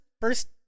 first